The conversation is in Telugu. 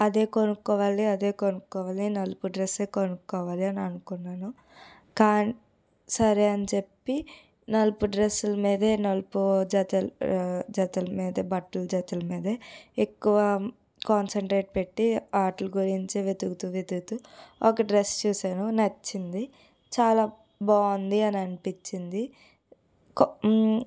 అదే కొనుక్కోవాలి అదే కొనుక్కోవాలి నలుపు డ్రస్సే కొనుక్కోవాలి అని అనుకున్నాను కానీ సరే అని చెప్పి నలుపు డ్రస్సులు మీదే నలుపు జతల్ జతలు మీదే బట్టలు జతలు మీదే ఎక్కువ కాన్సన్ట్రేట్ పెట్టి వాటి గురించే వెతుకుతూ వెతుకుతూ ఒక డ్రస్ చూసాను నచ్చింది చాలా బాగుంది అని అనిపించింది